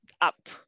up